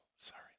sorry